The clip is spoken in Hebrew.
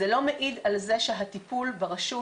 זה לא מעיד על זה שהטיפול ברשות,